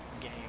game